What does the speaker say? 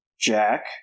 jack